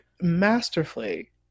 Masterfully